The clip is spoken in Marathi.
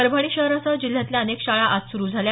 परभणी शहरासह जिल्ह्यातल्या अनेक शाळा आज सुरु झाल्या